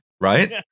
right